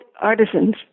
artisans